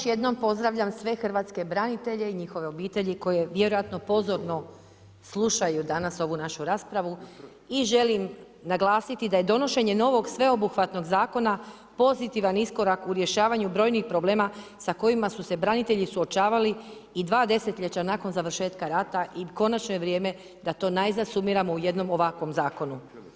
Još jednom pozdravljam sve hrvatske branitelje i njihove obitelji koje vjerojatno pozorno slušaju danas ovu našu raspravu i želim naglasiti da je donošenje novog sveobuhvatnog zakona pozitivan iskorak u rješavanju brojnih problema sa kojima su se branitelji suočavali i dva desetljeća nakon završetka rata i konačno je vrijeme da to najzad sumiramo u jednom ovakvom zakonu.